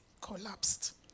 collapsed